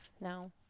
No